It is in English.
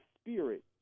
spirit